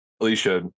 Alicia